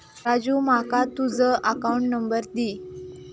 राजू माका तुझ account number दी